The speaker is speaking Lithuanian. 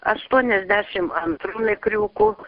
aštuoniasdešim antru mikriuku